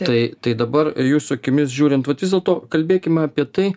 tai tai dabar jūsų akimis žiūrint vat vis dėlto kalbėkime apie tai